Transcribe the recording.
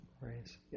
raise